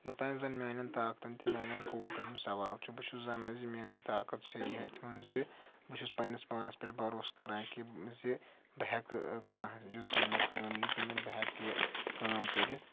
یوٚتانۍ زَن میٛانٮ۪ن طاقتَن تہِ میٛانٮ۪ن کوتَن ہُنٛد سوال چھُ بہٕ چھُس زَنان زِ میٲنۍ طاقت چھِ یِتھۍ منٛز زِ بہٕ چھُس پنٛنِس پانَس پٮ۪ٹھ بروسہٕ کان کہِ زِ بہٕ ہیٚکہٕ کانٛہہ یُس زَن مےٚ کٲم یہِ دہِ نہٕ بہٕ ہیکہٕ یہِ کٲم کٔرِتھ